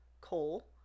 coal